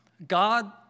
God